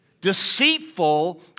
Deceitful